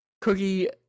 cookie